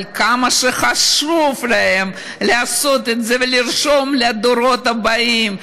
אבל כמה חשוב להם לעשות את זה ולרשום לדורות הבאים,